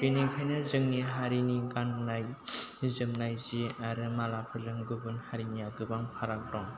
बिनिखायनो जोंनि हारिनि गाननाय जोमनाय जि आरो मालाखौ जों गुबुन हारिनिया गोबां फाराग दं